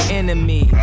enemy